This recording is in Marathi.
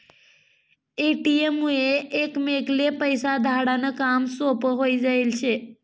ए.टी.एम मुये एकमेकले पैसा धाडा नं काम सोपं व्हयी जायेल शे